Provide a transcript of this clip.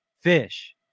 fish